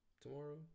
tomorrow